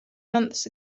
months